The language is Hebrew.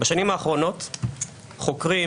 בשנים האחרונות חוקרים,